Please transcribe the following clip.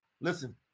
listen